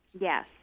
Yes